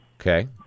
Okay